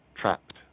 trapped